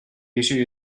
issue